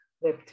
Web